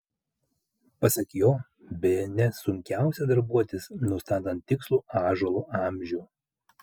pasak jo bene sunkiausia darbuotis nustatant tikslų ąžuolo amžių